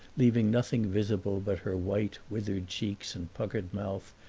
leaving nothing visible but her white withered cheeks and puckered mouth,